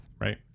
right